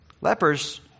Lepers